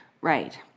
Right